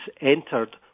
entered